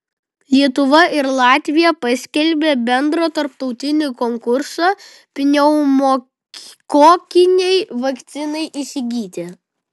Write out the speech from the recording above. lietuva ir latvija paskelbė bendrą tarptautinį konkursą pneumokokinei vakcinai įsigyti